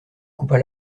coupa